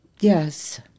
Yes